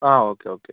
ആ okay okay